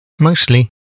mostly